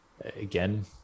again